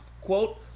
quote